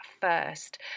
first